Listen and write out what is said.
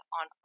on